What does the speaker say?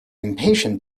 impatient